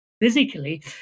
physically